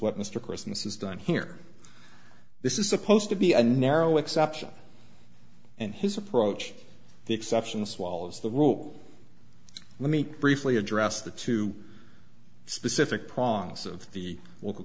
what mr christmas is done here this is supposed to be a narrow exception and his approach the exception swallows the rule let me briefly address the two specific prongs of the